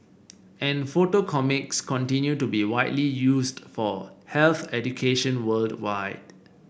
and photo comics continue to be widely used for health education worldwide